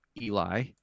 Eli